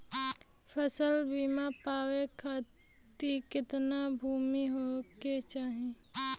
फ़सल बीमा पावे खाती कितना भूमि होवे के चाही?